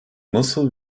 nasıl